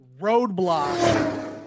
Roadblock